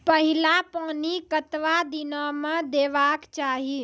पहिल पानि कतबा दिनो म देबाक चाही?